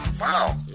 Wow